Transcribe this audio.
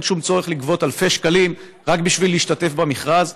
אין שום צורך לגבות אלפי שקלים רק בשביל להשתתף במכרז.